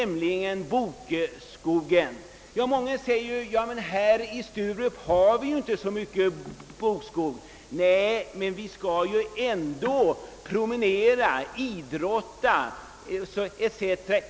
Man säger här att det visserligen inte finns mycket skog i Sturup. Nej, men vi skall ändå promenera, idrotta etc.